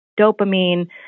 dopamine